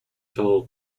fellow